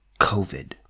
COVID